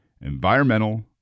environmental